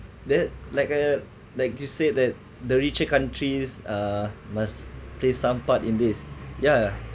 that like uh like you said that the richer countries uh must play some part in this yeah